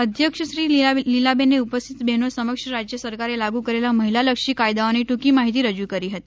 અધ્યક્ષશ્રી લીલાબેને ઉપ સ્થિત બહેનો સમક્ષ રાજ્ય સરકારે લાગુ કરેલા મહિલાલક્ષી કાયદાઓની ટૂંકી માહિતી રજૂ કરી હતી